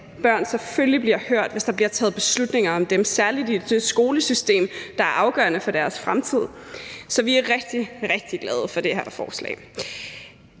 børn selvfølgelig bliver hørt, hvis der bliver taget beslutninger om dem, særlig i et skolesystem, der er afgørende for deres fremtid. Så vi er rigtig, rigtig glade for det her forslag.